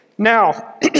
Now